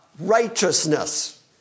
righteousness